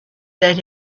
that